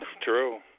True